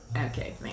Okay